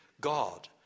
God